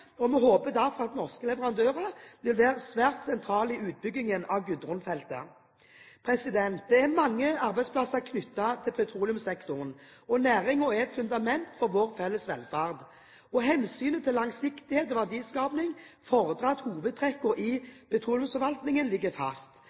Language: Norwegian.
og vi håper derfor norske leverandører vil være svært sentrale i utbyggingen av Gudrun-feltet. Det er mange arbeidsplasser knyttet til petroleumssektoren, og næringen er et fundament for vår felles velferd. Hensynet til langsiktighet og verdiskaping fordrer at hovedtrekkene i petroleumsforvaltningen ligger fast.